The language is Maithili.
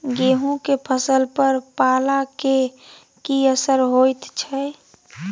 गेहूं के फसल पर पाला के की असर होयत छै?